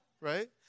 Right